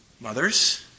Mothers